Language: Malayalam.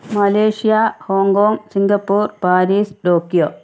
Malaysia Hong Kong Singapore Paris Tokyo